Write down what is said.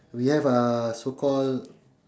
we have uh so called